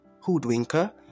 hoodwinker